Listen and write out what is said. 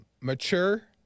mature